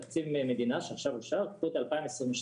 תקציב המדינה שעכשיו אושר ב-2022,